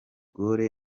gaulle